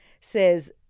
says